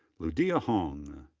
ludia hong.